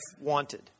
wanted